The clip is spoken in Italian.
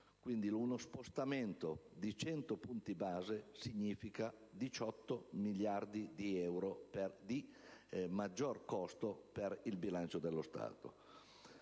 quindi uno spostamento di 100 punti base significa 18 miliardi di euro di maggior costo per il bilancio dello Stato.